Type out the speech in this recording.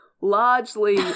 largely